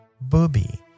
Booby